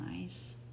nice